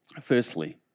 Firstly